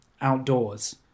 outdoors